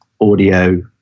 audio